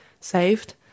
saved